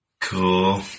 Cool